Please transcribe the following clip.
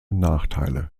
nachteile